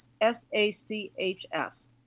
S-A-C-H-S